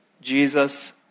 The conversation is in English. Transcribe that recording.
Jesus